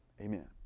Amen